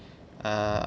uh